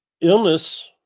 Illness